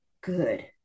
good